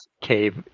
cave